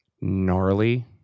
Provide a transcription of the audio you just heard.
gnarly